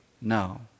no